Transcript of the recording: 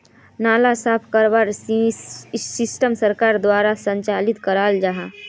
नाला साफ करवार सिस्टम सरकार द्वारा संचालित कराल जहा?